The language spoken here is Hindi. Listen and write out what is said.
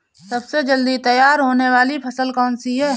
सबसे जल्दी तैयार होने वाली फसल कौन सी है?